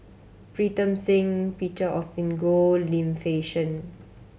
Pritam Singh Peter Augustine Goh Lim Fei Shen